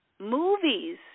movies